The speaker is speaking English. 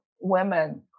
women